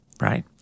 right